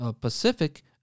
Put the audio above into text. Pacific